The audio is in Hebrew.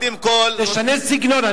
תשנה סגנון.